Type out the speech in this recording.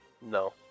No